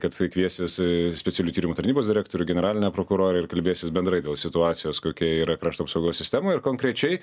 kad kai kvies visą specialiųjų tyrimų tarnybos direktorių generalinę prokurorę ir kalbėsis bendrai dėl situacijos kokia yra krašto apsaugos sistema ir konkrečiai